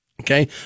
Okay